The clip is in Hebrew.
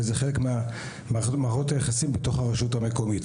וזה חלק ממערכות היחסים בתוך הרשות המקומית.